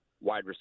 wide